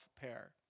pair